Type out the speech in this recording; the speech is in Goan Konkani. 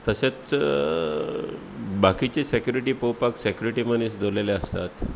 तशेंच बाकीची सेक्यूरीटी पोवपाक सेक्युरीटी मनीस दवरलेले आसता